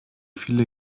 viele